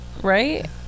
right